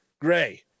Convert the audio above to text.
Gray